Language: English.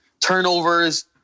turnovers